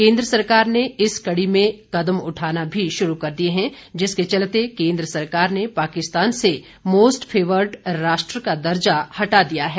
केंद्र सरकार ने इस कड़ी में कदम उठाना भी शुरू कर दिए हैं जिसके चलते केन्द्र सरकार ने पाकिस्तान से मोस्ट फेर्वड राष्ट्र का दर्जा हटा दिया है